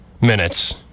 minutes